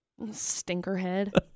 stinkerhead